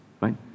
right